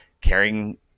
carrying